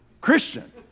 Christian